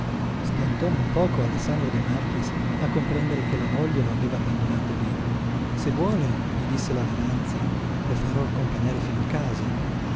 stentò non poco alessandro de marchis a comprendere che la moglie lo aveva abbandonato lí se vuole gli disse la venanzi lo farò accompagnare fino a casa